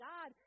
God